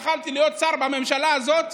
יכולתי להיות שר בממשלה הזאת,